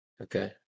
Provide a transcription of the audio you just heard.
Okay